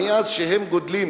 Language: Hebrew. כשהם גדלים,